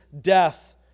death